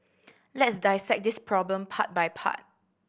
let's dissect this problem part by part